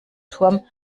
turm